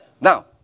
Now